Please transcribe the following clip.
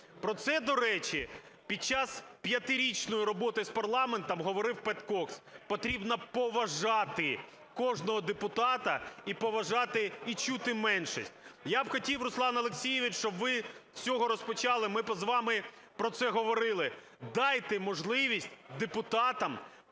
Про це, до речі, під час п'ятирічної роботи з парламентом говорив Пет Кокс. Потрібно поважати кожного депутата і поважати, і чути меншість. Я би хотів, Руслане Олексійовичу, щоб ви з цього розпочали, ми з вами про це говорили. Дайте можливість депутатам